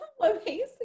Amazing